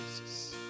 Jesus